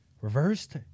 Reversed